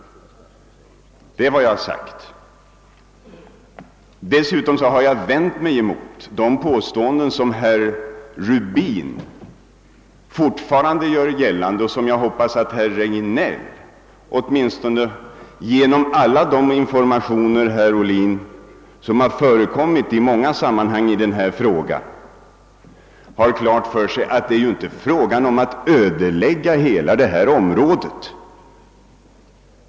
Dessutom har jag vänt mig mot de påståenden, som herr Rubin gjort och gör. Jag hoppas att herr Regnéll och herr Ohlin åtminstone genom alla de informationer som har förekommit i denna fråga i många sammanhang också har klart för sig att det ju inte här är fråga om att ödelägga hela detta område.